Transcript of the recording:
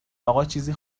آقاچیزی